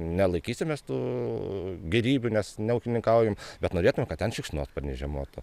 ne laikysimės tų gėrybių nes neūkininkaujam bet norėtumėm kad ten šikšnosparniai žiemotų